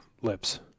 lips